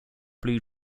blue